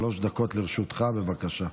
שלוש דקות לרשותך, בבקשה.